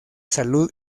salud